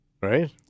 right